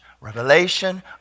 revelation